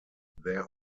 there